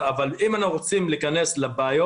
הם רוצים לבנות